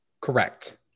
Correct